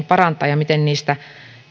parantaa ja miten